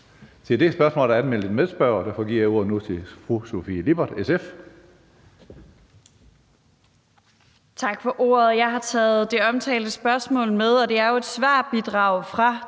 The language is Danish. Til det spørgsmål er der anmeldt en medspørger, og derfor giver jeg nu ordet til fru Sofie Lippert, SF. Kl. 14:40 Sofie Lippert (SF): Tak for ordet. Jeg har taget det omtalte spørgsmål med, og det er jo et svar fra